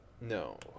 No